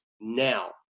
now